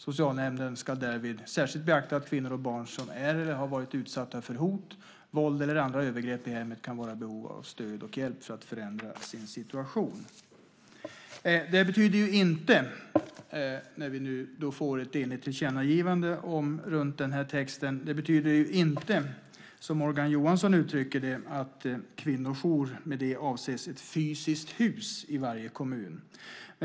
Socialnämnden ska därvid särskilt beakta att kvinnor och barn som är eller har varit utsatta för hot, våld eller andra övergrepp i hemmet kan vara i behov av stöd och hjälp för att förändra sin situation. Att vi nu får ett enigt tillkännagivande med den här texten betyder inte, som Morgan Johansson uttrycker det, att det med kvinnojour avses ett fysiskt hus i varje kommun.